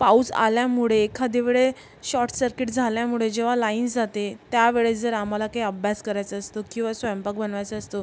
पाऊस आल्यामुळे एखाद्या वेळेस शॉट सर्किट झाल्यामुळे जेव्हा लाईंस जाते त्यावेळेस जर आम्हाला काही अभ्यास करायचं असतो किंवा स्वयंपाक बनवायचा असतो